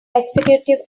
executive